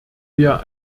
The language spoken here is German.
wir